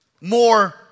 more